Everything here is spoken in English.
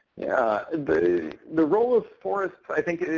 yeah the the role of forests, i think,